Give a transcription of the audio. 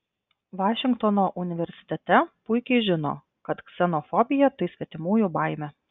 vašingtono universitete puikiai žino kad ksenofobija tai svetimųjų baimė